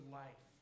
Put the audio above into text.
life